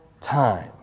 time